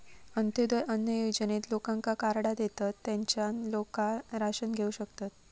अंत्योदय अन्न योजनेत लोकांका कार्डा देतत, तेच्यान लोका राशन घेऊ शकतत